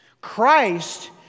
Christ